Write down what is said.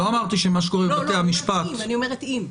לא אמרתי שמה שקורה בבתי המשפט --- אני אומרת אם.